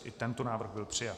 I tento návrh byl přijat.